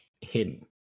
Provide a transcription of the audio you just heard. hidden